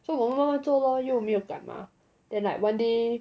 so 我们慢慢做咯又没有赶 mah then like one day